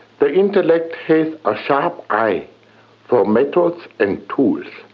the intellect has a sharp eye for methods and tools,